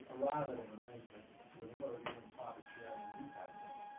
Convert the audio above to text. rather than arrangement with a merger and profit sharing these type thing,